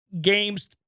games